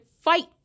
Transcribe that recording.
fight